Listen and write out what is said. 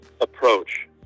approach